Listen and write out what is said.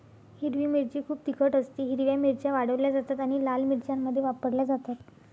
हिरवी मिरची खूप तिखट असतेः हिरव्या मिरच्या वाळवल्या जातात आणि लाल मिरच्यांमध्ये वापरल्या जातात